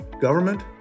government